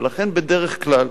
ולכן בדרך כלל